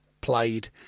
played